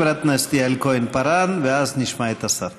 חברת הכנסת יעל כהן-פארן, ואז נשמע את השר.